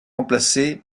remplacée